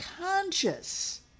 conscious